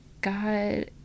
God